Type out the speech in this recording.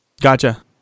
Gotcha